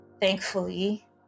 thankfully